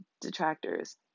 detractors